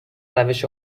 روش